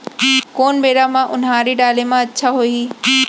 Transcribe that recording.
कोन बेरा म उनहारी डाले म अच्छा होही?